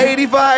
85